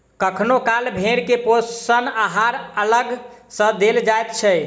कखनो काल भेंड़ के पोषण आहार अलग सॅ देल जाइत छै